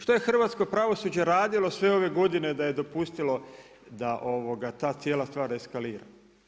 Što je hrvatsko pravosuđe radilo sve ove godine, da je dopustilo da ta cijela stvar eskalira?